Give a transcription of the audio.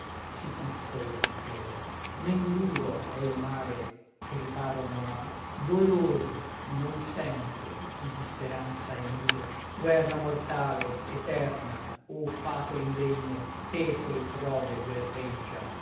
si consola il plebeo men duro è il male che riparo non ha dolor non sente chi di speranza è nudo guerra mortale eterna o fato indegno teco il prode guerreggia